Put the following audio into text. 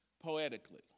poetically